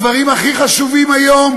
הדברים הכי חשובים היום